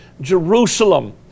Jerusalem